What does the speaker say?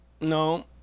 No